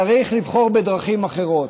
צריך לבחור בדרכים אחרות.